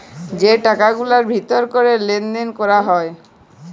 যে টাকা গুলার ভিতর ক্যরে লেলদেল ক্যরা হ্যয়